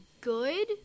good